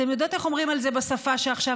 אתן יודעות איך אומרים על זה בשפה שעכשיו